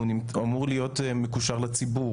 הוא אמור להיות מקושר לציבור,